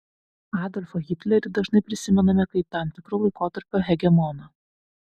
adolfą hitlerį dažnai prisimename kaip tam tikro laikotarpio hegemoną